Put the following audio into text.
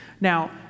Now